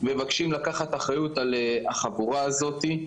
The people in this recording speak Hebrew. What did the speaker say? מבקשים לקחת אחריות על החבורה הזאת.